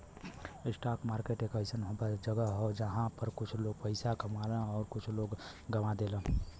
stock market एक अइसन जगह हौ जहां पर कुछ लोग पइसा कमालन आउर कुछ लोग गवा देलन